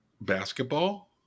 Basketball